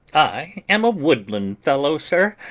i am a woodland fellow, sir,